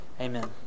Amen